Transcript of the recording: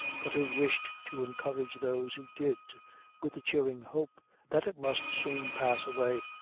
but who wished to encourage those who did with the cheering hope that it must soon pass away.